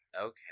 Okay